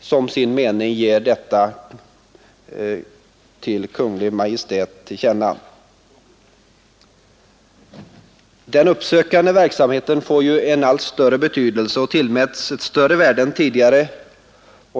som sin mening ge Kungl. Maj:t till känna. Den uppsökande verksamheten får en allt större betydelse och tillmäts ett större värde nu än tidigare.